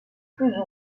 plus